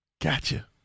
Gotcha